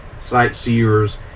sightseers